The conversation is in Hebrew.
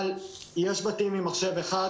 אבל יש בתים עם מחשב אחד,